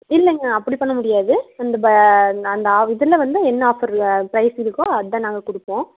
இல்லைங்க அப்படி பண்ணமுடியாது அந்த ப நான் அந்த இதில் வந்து என்ன ஆஃபரில் ப்ரைஸ் இருக்கோ அதுதான் நாங்கள் கொடுப்போம்